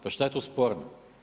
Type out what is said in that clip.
Pa šta je tu sporno?